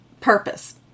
purpose